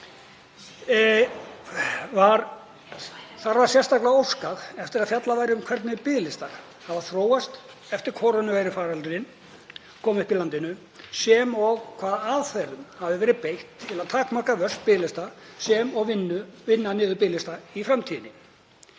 var sérstaklega óskað eftir að fjallað væri um hvernig biðlistar hafa þróast eftir að kórónuveirufaraldurinn kom upp í landinu, sem og hvaða aðferðum hefur verið beitt til að takmarka vöxt biðlista og vinna niður biðlista í framtíðinni.